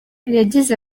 yagize